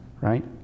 right